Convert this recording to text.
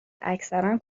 اکثرا